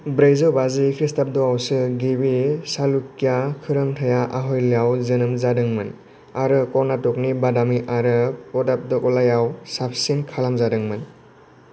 ब्रैजौ बाजि खृष्टाब्दआवसो गिबि चालुक्या खोरोमथाया आयहलाव जोनोम जादोंमोन आरो करनाटकनि बादामि आरो पत्तदाकलाव साबसिन खालामजादोंमोन